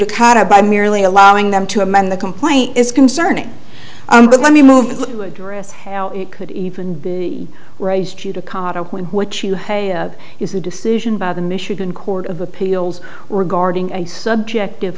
a by merely allowing them to amend the complaint is concerning but let me move to address how it could even be raised judicata when what you have is a decision by the michigan court of appeals regarding a subjective